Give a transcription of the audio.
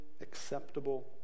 acceptable